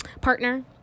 partner